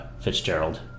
Fitzgerald